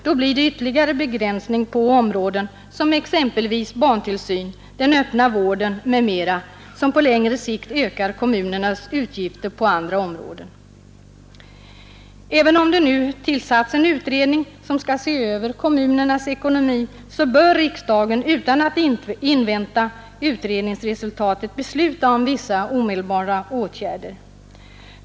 Då blir det ytterligare begränsning på områden som exempelvis barntillsyn, den öppna vården m.m., vilket på längre sikt ökar kommunernas utgifter på andra områden. Även om det nu tillsatts en utredning som skall se över kommunernas ekonomi, så bör riksdagen utan att invänta utredningsresultatet besluta om vissa omedelbara åtgärder.